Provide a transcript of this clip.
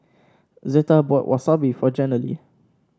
Zetta bought Wasabi for Jenilee